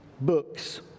books